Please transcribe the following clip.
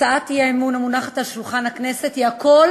הצעת האי-אמון המונחת על שולחן הכנסת היא הכול